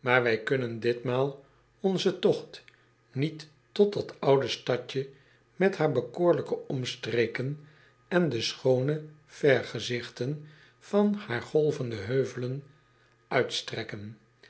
maar wij kunnen ditmaal onzen togt niet tot dat aloude stadje met haar bekoorlijke omstreken en de schoone vergezigten van haar golvende heuvelen uitstrekken